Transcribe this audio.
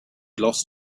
lost